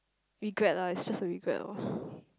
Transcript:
regret lah it's just a regret loh